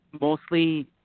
mostly